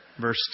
verse